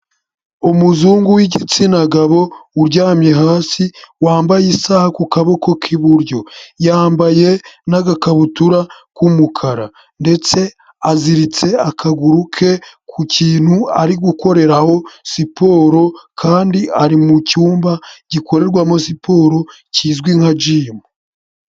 Umuzungu w'igitsina gabo uryamye hasi wambaye isaha ku kaboko k'iburyo , yambaye n'agakabutura k'umukara ndetse aziritse akaguru ke ku kintu ari gukoreraho siporo, kandi ari mu cyumba gikorerwamo siporo kizwi nka gym.